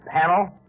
panel